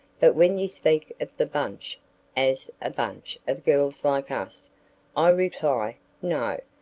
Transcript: but when you speak of the bunch as a bunch of girls like us i reply no,